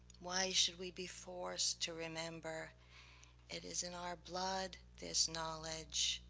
why should we be forced to remember it is in our blood, this knowledge?